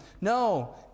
no